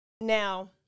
Now